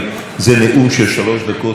אז אנא, הקפידו על לוחות הזמנים.